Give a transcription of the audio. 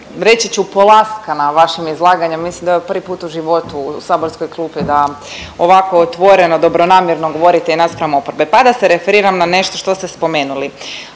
reći ću polaskana vašim izlaganjem, mislim da je ovo prvi put u životu u saborskoj klupi da ovako otvoreno, dobronamjerno govorite i naspram oporbe, pa da se referiram na nešto što ste spomenuli.